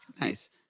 Nice